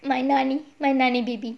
my nanny my nanny baby